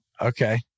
Okay